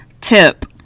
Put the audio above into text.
Tip